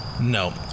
No